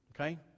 Okay